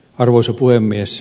arvoisa puhemies